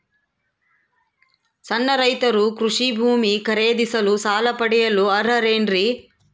ಸಣ್ಣ ರೈತರು ಕೃಷಿ ಭೂಮಿ ಖರೇದಿಸಲು ಸಾಲ ಪಡೆಯಲು ಅರ್ಹರೇನ್ರಿ?